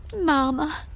Mama